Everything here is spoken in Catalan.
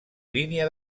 línia